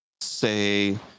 say